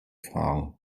fahren